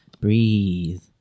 Breathe